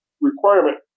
requirement